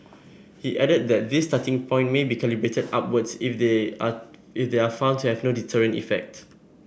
he added that this starting point may be calibrated upwards if they are if they are found to have no deterrent effect